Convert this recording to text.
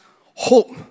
hope